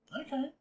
okay